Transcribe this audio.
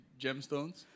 gemstones